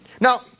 Now